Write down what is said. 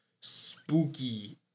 spooky